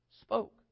spoke